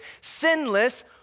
sinless